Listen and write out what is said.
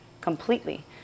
completely